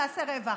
נעשה רווח,